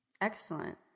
Excellent